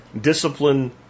discipline